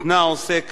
התנה עוסק כאמור,